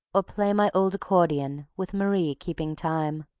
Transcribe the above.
or play my old accordion with marie keeping time,